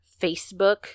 facebook